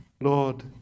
Lord